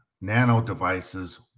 nano-devices